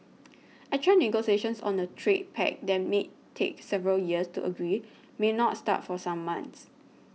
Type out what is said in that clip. actual negotiations on a trade pact that may take several years to agree may not start for some months